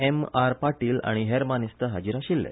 एमआर पाटील आनी हेर मानेस्त हाजीर आशिल्ले